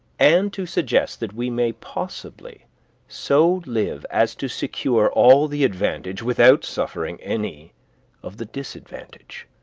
and to suggest that we may possibly so live as to secure all the advantage without suffering any of the disadvantage.